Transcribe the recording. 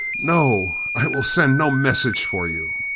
no! i will send no message for you